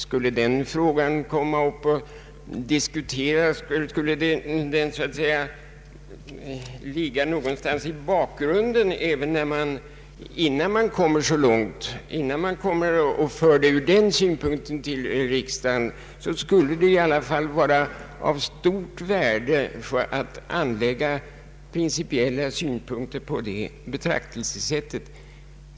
Skulle den frågan komma upp och diskuteras, skulle den så att säga ligga någonstans i bakgrunden även innan man kom så långt att man kunde föra fram den till riksdagen, vore det i varje fall av stort värde att redan på ett tidigt stadium få anlägga principiella synpunkter på det betraktelsesättet.